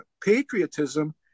patriotism